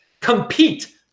Compete